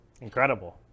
Incredible